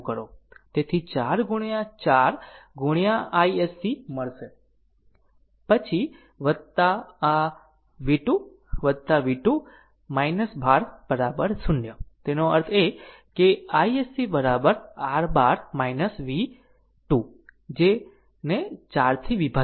તેથી 4 ગુણ્યા 4 ગુણ્યા iSC મળશે પછી આ v 2 v 2 12 0 તેનો અર્થ એ છે કે iSC r 12 v 2 ને 4 થી વિભાજિત કરે છે તે અહીં લખ્યું છે